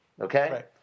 Okay